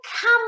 come